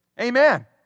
Amen